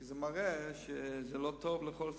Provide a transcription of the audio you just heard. כי זה מראה שלא טוב לאכול חזירים.